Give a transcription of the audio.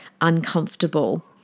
uncomfortable